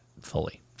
fully